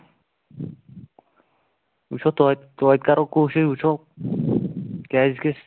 وٕچھو تویتہِ تویتہِ کرو کوٗشِش وٕچھو کیٛازِکہِ